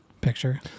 picture